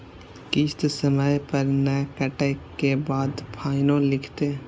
किस्त समय पर नय कटै के बाद फाइनो लिखते?